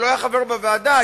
שלא היה חבר בוועדה,